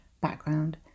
background